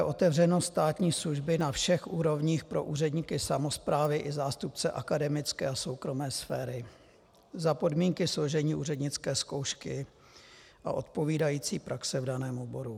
Otevřenost státní služby na všech úrovních pro úředníky samosprávy i zástupce akademické a soukromé sféry, za podmínky složení úřednické zkoušky a odpovídající praxe v daném oboru.